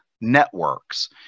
networks